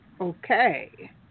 okay